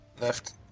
Left